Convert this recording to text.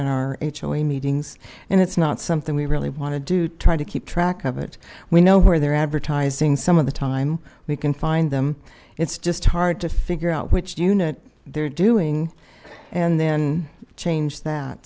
hoa meetings and it's not something we really want to do try to keep track of it we know where they're advertising some of the time we can find them it's just hard to figure out which unit they're doing and then change that